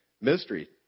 mystery